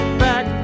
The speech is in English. back